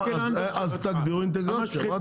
אז תגדירו אינטגרציה.